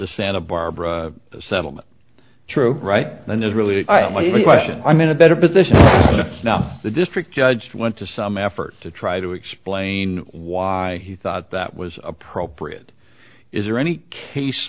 santa barbara settlement true right and there's really question i'm in a better position now the district judge went to some effort to try to explain why he thought that was appropriate is there any case